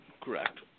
correct